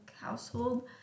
household